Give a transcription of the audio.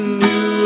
new